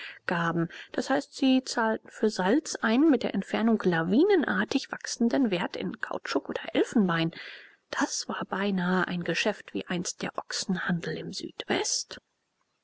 gaben d h sie zahlten für salz einen mit der entfernung lawinenartig wachsenden wert in kautschuk oder elfenbein das war beinahe ein geschäft wie einst der ochsenhandel in südwest